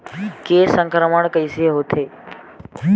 के संक्रमण कइसे होथे?